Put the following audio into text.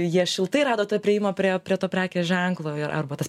jie šiltai rado tą priėjimą prie prie to prekės ženklo ir arba tas